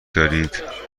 دارد